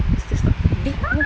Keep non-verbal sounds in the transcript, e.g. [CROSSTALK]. it's the stuff [LAUGHS]